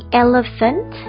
elephant